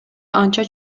анча